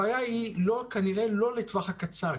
הבעיה היא כנראה לא לטווח הקצר,